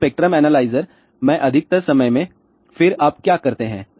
तो spectrum analyser मैं अधिकतर समय में फिर आप क्या करते हैं